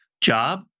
job